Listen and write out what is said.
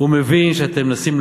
תוצאות מדהימות.